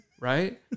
right